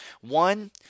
One